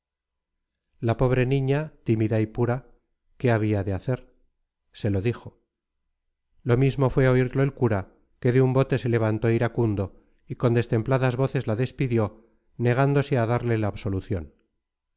la pobre niña tímida y pura qué había de hacer se lo dijo lo mismo fue oírlo el cura que de un bote se levantó iracundo y con destempladas voces la despidió negándose a darle la absolución